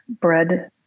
bread